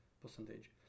percentage